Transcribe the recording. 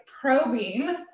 probing